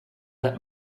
that